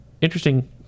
interesting